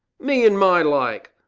me and my like.